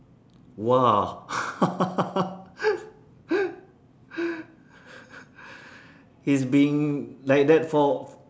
!wah! it's been like that for